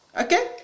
okay